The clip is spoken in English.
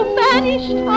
vanished